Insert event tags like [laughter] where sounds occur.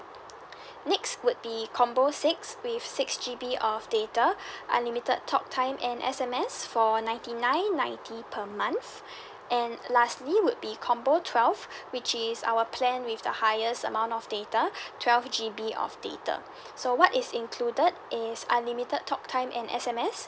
[breath] next would be combo six with six G_B of data [breath] unlimited talk time and S_M_S for ninety nine ninety per month [breath] and lastly would be combo twelve [breath] which is our plan with the highest amount of data [breath] twelve G_B of data [breath] so what's included is unlimited talk time and S_M_S